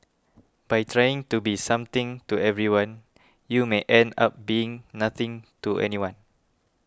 by trying to be something to everyone you may end up being nothing to anyone